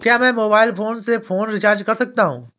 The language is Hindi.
क्या मैं मोबाइल फोन से फोन रिचार्ज कर सकता हूं?